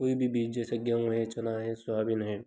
कोई भी बीज जैसे गेहूँ है चना है सोयाबीन है